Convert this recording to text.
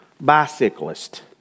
bicyclist